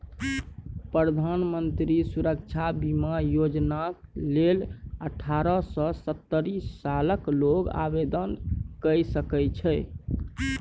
प्रधानमंत्री सुरक्षा बीमा योजनाक लेल अठारह सँ सत्तरि सालक लोक आवेदन कए सकैत छै